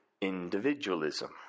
individualism